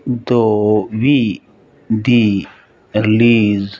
ਦੋ ਵੀਹ ਦੀ ਰਿਲੀਜ਼